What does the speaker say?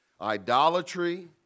idolatry